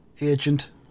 agent